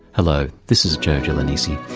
hello, this is joe gelonesi.